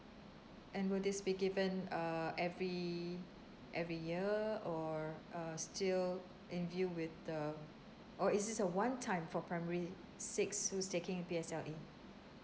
and will this be given uh every every year or uh still in view with the or is this a one time for primary six who's taking P_S_L_E